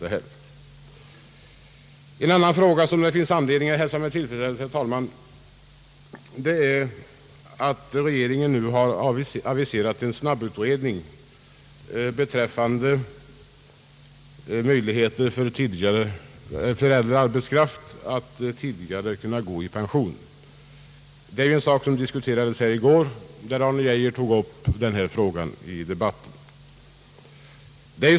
Vidare finns det anledning att hälsa med tillfredsställelse att regeringen nu har aviserat en snabbutredning om möjligheterna att ge äldre arbetskraft möjlighet att erhålla pension tidigare. Den saken diskuterades här i går, och det var herr Arne Geijer som tog upp den.